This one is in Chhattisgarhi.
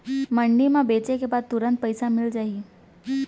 मंडी म बेचे के बाद तुरंत पइसा मिलिस जाही?